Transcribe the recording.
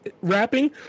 rapping